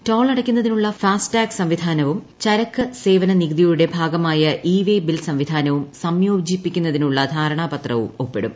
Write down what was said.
toll അടയ്ക്കുന്നതിനുള്ള FASTag സംവിധാനവും ചരക്ക് സേവന നികുതിയുടെ ഭാഗമായ ഇ വേ ബിൽ സംവിധാനവും സംയോജിപ്പിക്കുന്നതിനുള്ള ധാരണാപത്രവും ഒപ്പിടും